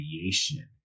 creation